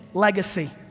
legacy.